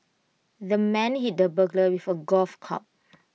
the man hit the burglar with A golf club